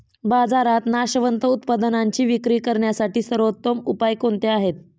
बाजारात नाशवंत उत्पादनांची विक्री करण्यासाठी सर्वोत्तम उपाय कोणते आहेत?